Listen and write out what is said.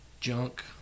junk